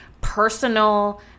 personal